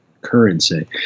currency